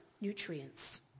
nutrients